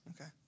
okay